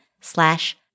slash